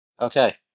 Okay